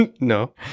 No